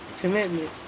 commitment